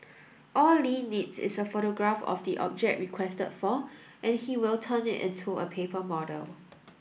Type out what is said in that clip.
all Li needs is a photograph of the object requested for and he will turn it into a paper model